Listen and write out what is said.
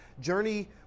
journey